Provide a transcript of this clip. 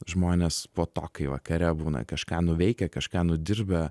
žmonės po to kai vakare būna kažką nuveikę kažką nudirbę